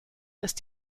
ist